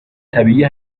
طبیعیه